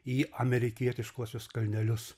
į amerikietiškuosius kalnelius